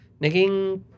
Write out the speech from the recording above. Naging